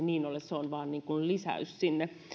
niin ole se on vain lisäys sinne